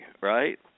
right